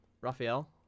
Raphael